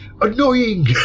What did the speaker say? annoying